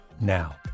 now